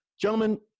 Gentlemen